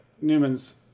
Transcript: Newman's